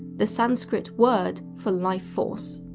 the sanskrit word for life force.